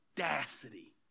audacity